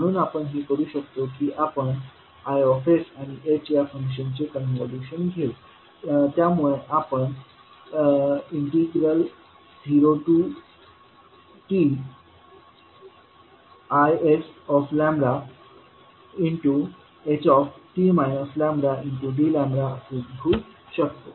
म्हणून आपण हे करू शकतो की आपण Isआणि h या फंक्शन्सचे कॉन्व्होल्यूशन घेऊ त्यामुळे आपण 0tisht λdλ हे असे लिहू शकतो